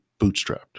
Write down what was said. bootstrapped